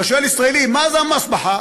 אני עומדת